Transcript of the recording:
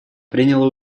приняло